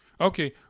Okay